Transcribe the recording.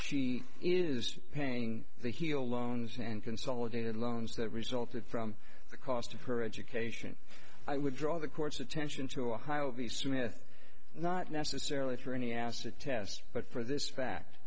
she is paying the heel loans and consolidated loans that resulted from the cost of her education i would draw the court's attention to ohio smith not necessarily for any acid test but for this fact